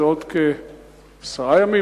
זה עוד כעשרה ימים,